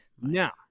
Now